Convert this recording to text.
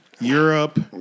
Europe